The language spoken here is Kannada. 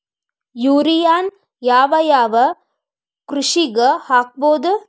ಯೂರಿಯಾನ ಯಾವ್ ಯಾವ್ ಕೃಷಿಗ ಹಾಕ್ಬೋದ?